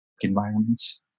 environments